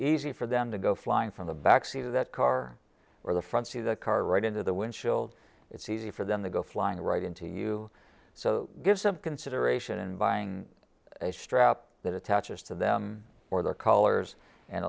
easy for them to go flying from the back seat of that car or the front see the car right into the windshield it's easy for them to go flying right into you so give some consideration in buying a strap that attaches to them or their colors and